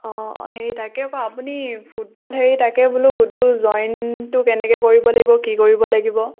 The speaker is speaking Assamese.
অঁ সেই তাকে আকৌ আপুনি সেই তাকে বোলো সুধোঁ জইনটো কেনেকৈ কৰিব লাগিব কি কৰিব লাগিব